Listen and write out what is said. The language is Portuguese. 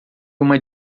uma